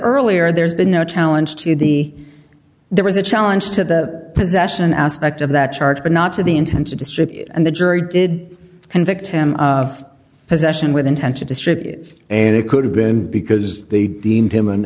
earlier there's been no challenge to the there was a challenge to the possession aspect of that charge but not to the intensity strip and the jury did convict him of possession with intent to distribute and it could have been because they deemed him an